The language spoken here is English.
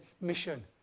mission